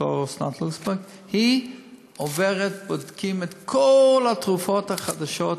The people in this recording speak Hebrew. היא עוברת בודקים את כל התרופות החדשות,